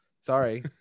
Sorry